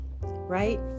right